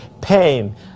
pain